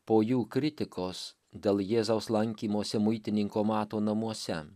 po jų kritikos dėl jėzaus lankymosi muitininko mato namuose